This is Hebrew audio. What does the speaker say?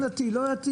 כן דתי או לא דתי,